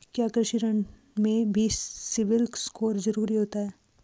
क्या कृषि ऋण में भी सिबिल स्कोर जरूरी होता है?